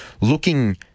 looking